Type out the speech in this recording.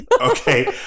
Okay